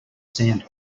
sand